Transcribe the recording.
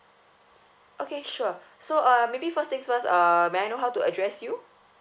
okay sure so uh maybe first things first uh may I know how to address you